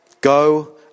Go